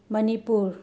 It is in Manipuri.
ꯃꯅꯤꯄꯨꯔ